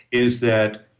is that,